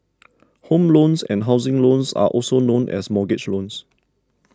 home loans and housing loans are also known as mortgage loans